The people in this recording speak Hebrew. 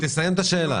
תסיים את השאלה.